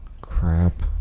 crap